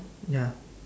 ya